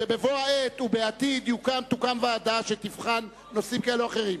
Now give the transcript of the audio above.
והוא שבבוא העת ובעתיד תוקם ועדה שתבחן נושאים כאלה ואחרים.